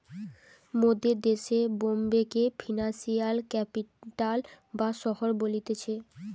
মোদের দেশে বোম্বে কে ফিনান্সিয়াল ক্যাপিটাল বা শহর বলতিছে